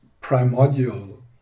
primordial